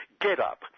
GetUp